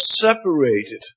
separated